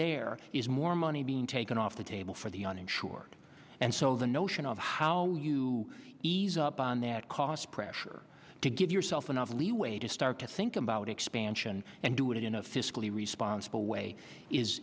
there is more money being taken off the table for the uninsured and so the notion of how you ease up on that cost pressure to give yourself enough leeway to start to think about expansion and do it in a fiscally responsible way is